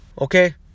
okay